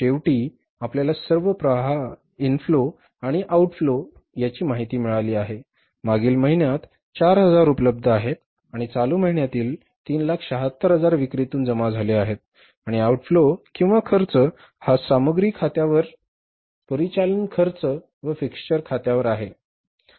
आता शेवटी आपल्याला सर्व प्रवाह माहिती मिळाली आहे मागील महिन्यातील 4000 उपलब्ध आहेत आणि चालू महिन्याच्या विक्रीतून 376000 जमा झाले आहेत आणि आउटफ्लो किंवा खर्च हा सामग्री खात्यावर परिचालन खर्च व फिक्स्चर खात्यावर आहे